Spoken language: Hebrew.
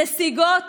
נסיגות,